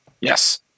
Yes